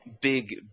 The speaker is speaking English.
big